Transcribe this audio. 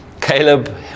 Caleb